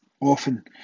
often